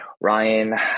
Ryan